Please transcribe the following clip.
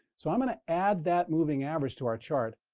so i'm going to add that moving average to our chart.